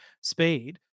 speed